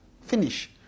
Finish